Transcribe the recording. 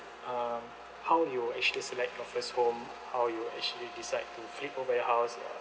um how you actually select your first home how you actually decide to flip over your house